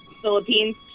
Philippines